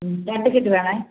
രണ്ട് കിറ്റ് വേണം